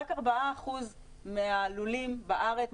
רק 4% מהלולים בארץ,